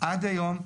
עד היום,